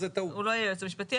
הוא לא יהיה היועץ המשפטי,